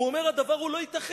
הוא אומר: הדבר הוא לא ייתכן.